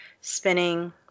spinning